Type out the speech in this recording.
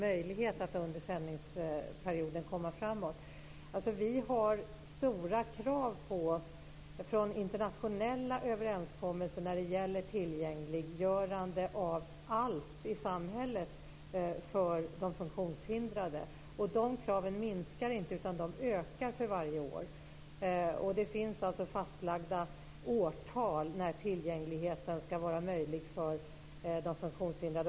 Då hade man haft en möjlighet att komma framåt under sändningsperioden. Vi har stora krav på oss från internationella överenskommelser när det gäller tillgängliggörande av allt i samhället för de funktionshindrade. De kraven minskar inte, utan de ökar för varje år. Det finns fastlagda årtal när tillgängligheten ska vara möjlig för de funktionshindrade.